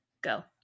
go